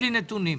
בלי נתונים.